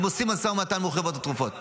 הם עושים משא ומתן גם עם חברות התרופות ----- לא,